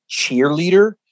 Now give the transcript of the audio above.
cheerleader